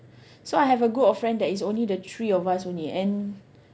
so I have a group of friends that is only the three of us only and